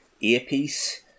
earpiece